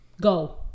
go